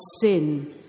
sin